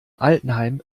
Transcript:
altenheim